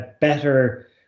better